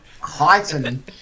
heighten